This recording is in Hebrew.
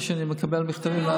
מה שאני מקבל במכתבים,